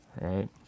Right